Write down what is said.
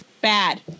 bad